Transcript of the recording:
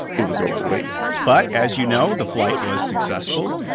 it was overweight but as you know, the flight was successful.